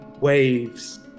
waves